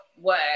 work